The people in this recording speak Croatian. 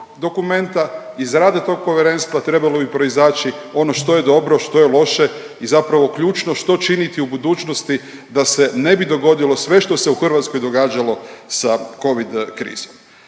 dokumenta, iz rada tog povjerenstva, trebalo bi proizaći ono što je dobro, što je loše i zapravo ključno što činiti u budućnosti da se ne bi dogodilo sve što se u Hrvatskoj događalo sa Covid krizom.